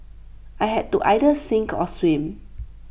I had to either sink or swim